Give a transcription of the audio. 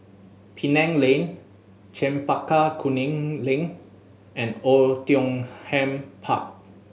Penang Lane Chempaka Kuning Link and Oei Tiong Ham Park